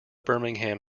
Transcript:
birmingham